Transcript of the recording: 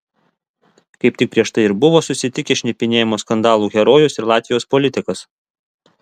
kaip tik prieš tai ir buvo susitikę šnipinėjimo skandalų herojus ir latvijos politikas